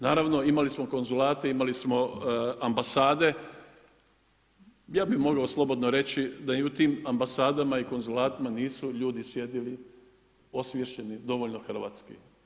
Naravno imali smo konzulate, imali smo ambasade, ja bih mogao slobodno reći da i u tim ambasadama i konzulatima nisu ljudi sjedili osviješteni dovoljno hrvatski.